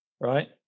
right